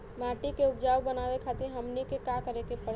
माटी के उपजाऊ बनावे खातिर हमनी के का करें के पढ़ेला?